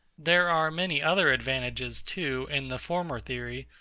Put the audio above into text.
there are many other advantages, too, in the former theory,